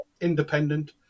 independent